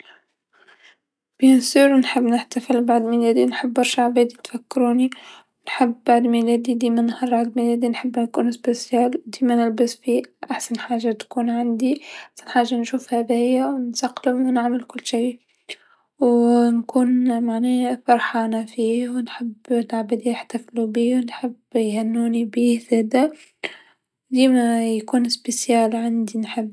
أكيد نحب نحتفل بعيد ميلادي، نحب برشا العباد يتفكروني، نحب بعيد ميلادي نحب ديما نهارعيد ميلادي نكون مميزه، ديما نلبس في أحسن حاجه تكون عندي أحسن حاجه نشوفها باهيا و نسقلم و نعمل كل شيء، و نكون معناه فرحانه فيه و نحب العباد يحتفلو بيا و نحب يهنوني بيه زادا و ديما يكون عندي مميز نحب.